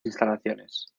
instalaciones